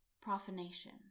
profanation